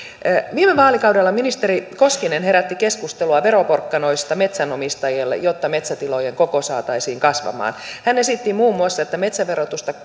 viime vaalikaudella ministeri koskinen herätti keskustelua veroporkkanoista metsänomistajille jotta metsätilojen koko saataisiin kasvamaan hän esitti muun muassa että metsäverotusta